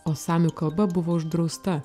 o samių kalba buvo uždrausta